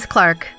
Clark